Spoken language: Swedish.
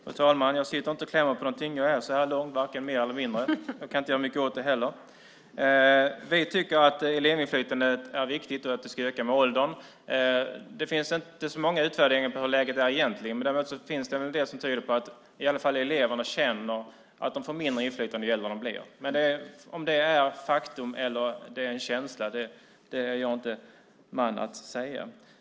Fru talman! Jag sitter inte och klämmer på någonting. Jag är så här lång, varken mer eller mindre. Jag kan inte göra mycket åt det heller. Vi tycker att elevinflytandet är viktigt och att det ska öka med åldern. Det finns inte så många utvärderingar på hur läget är egentligen, men det finns en del som tyder på att i alla fall eleverna känner att de får mindre inflytande ju äldre de blir. Men om det är faktum eller känsla är jag inte man att säga.